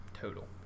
Total